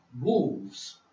wolves